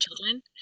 children